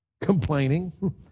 complaining